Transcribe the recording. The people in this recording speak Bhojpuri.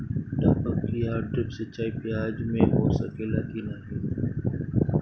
टपक या ड्रिप सिंचाई प्याज में हो सकेला की नाही?